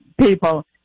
people